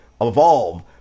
evolve